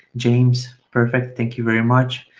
james, perfect. thank you very much.